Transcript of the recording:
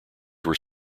were